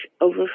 over